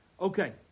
Okay